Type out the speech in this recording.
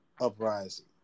uprising